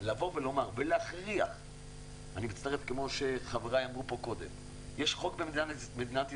אני מצטרף למה שחבריי אמרו פה קודם שיש חוק במדינת ישראל